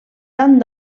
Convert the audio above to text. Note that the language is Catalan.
tant